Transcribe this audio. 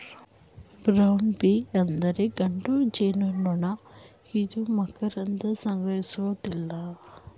drone bee ಅಂದರೆ ಗಂಡು ಜೇನುನೊಣ ಇದು ಮಕರಂದ ಸಂಗ್ರಹಿಸುವುದಿಲ್ಲ